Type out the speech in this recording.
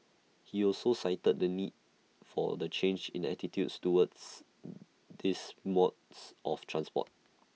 he also cited the need for the change in attitudes towards these modes of transport